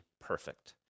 perfect